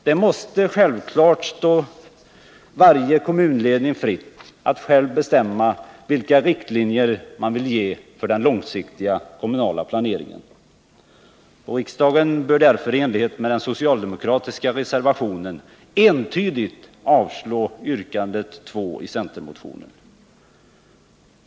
Det måste givetvis stå varje kommunledning fritt att själv bestämma vilka riktlinjer man vill ge för den långsiktiga kommunala planeringen. Riksdagen bör därför i enlighet med den socialdemokratiska reservationen entydigt avslå yrkande 2 i centermotionen.